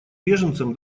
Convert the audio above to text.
беженцам